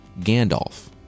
Gandalf